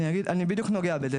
אני בדיוק נוגע בזה.